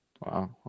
Wow